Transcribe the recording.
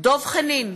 דב חנין,